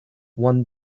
one